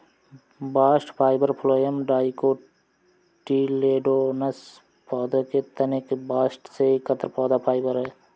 bast fibre phloem dicotyledonous पौधों के तने के बास्ट से एकत्र पौधा फाइबर है